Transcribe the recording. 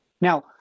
Now